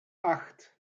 acht